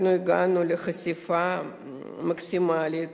אנחנו הגענו לחשיפה מקסימלית